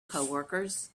coworkers